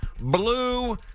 blue